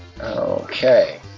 Okay